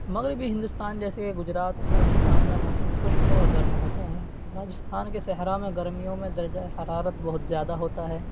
مغربی ہندوستان جیسے گجرات راجستھان میں موسم خشک اور گرم ہوتا ہے راجستھان کے صحرا میں گرمیوں میں درجۂ حرارت بہت زیادہ ہوتا ہے